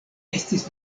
estis